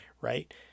right